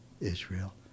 Israel